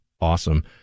Awesome